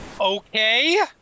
...okay